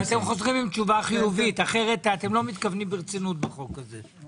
אתם חוזרים עם תשובה חיובית כי אחרת אתם לא מתכוונים ברצינות בחוק הזה.